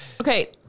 Okay